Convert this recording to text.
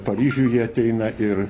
paryžių jie ateina ir